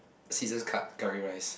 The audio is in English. scissors cut curry rice